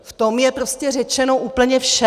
V tom je prostě řečeno úplně vše.